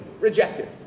rejected